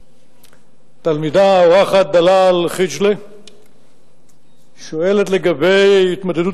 התלמידה האורחת דלאל חיג'לה שואלת על התמודדות